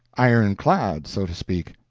iron-clad, so to speak.